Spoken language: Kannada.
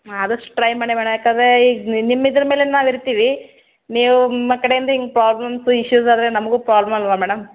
ಆದಷ್ಟು ಟ್ರೈ ಮಾಡಿ ಮೇಡಮ್ ಯಾಕಂದ್ರೆ ಈಗ ನಿಮ್ಮ ಇದ್ರ ಮೇಲೆ ನಾವು ಇರ್ತೀವಿ ನಿಮ್ಮ ಕಡೆಯಿಂದ ಹಿಂಗ್ ಪ್ರಾಬ್ಲಮ್ಸು ಇಶ್ಯೂಸ್ ಆದರೆ ನಮಗೂ ಪ್ರಾಬ್ಮ್ ಅಲ್ಲವಾ ಮೇಡಮ್